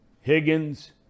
Higgins